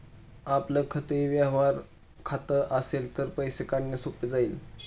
आपलं खातंही व्यवहार खातं असेल तर पैसे काढणं सोपं जाईल